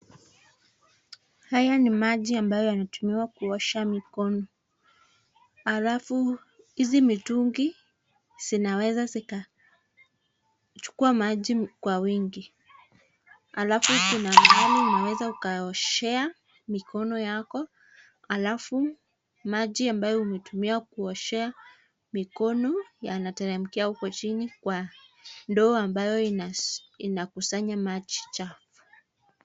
Haya ni maji ambayo yanatumiwa kuosha mikono. Alafu hizi mitungii zinaweza zikachukua maji kwa wingi, alafu kuna mahali unaweza ukaoshea mikono yako alafu maji ambayo umetumia kuoshea mikono yanateremkia huko chini kwa ndoo ambayo inakusanya maji chafu.